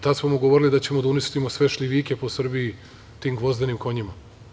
Tad smo mu govorili da ćemo da uništimo sve šljivike po Srbiji tim gvozdenim konjima.